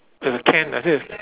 it's a can like this